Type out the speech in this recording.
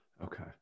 Okay